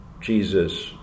Jesus